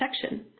section